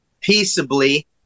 peaceably